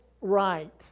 right